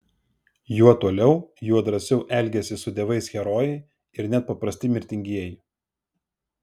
juo toliau juo drąsiau elgiasi su dievais herojai ir net paprasti mirtingieji